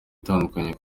itandukanye